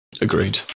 Agreed